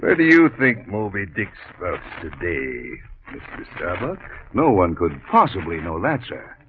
ah do you think moby dick stops today no one could possibly know that sir.